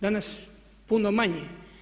Danas puno manje.